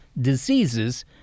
diseases